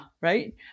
right